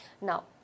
Now